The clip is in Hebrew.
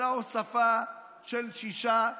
אלא על הוספה של שישה,